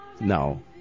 No